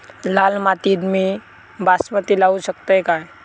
लाल मातीत मी बासमती लावू शकतय काय?